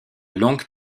longues